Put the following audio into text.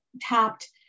tapped